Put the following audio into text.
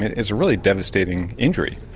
it's a really devastating injury.